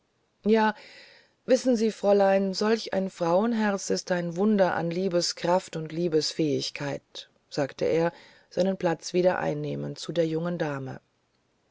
ja wissen sie fräulein solch ein frauenherz ist ein wunder an liebeskraft und liebesfähigkeit sagte er seinen platz wieder einnehmend zu der jungen dame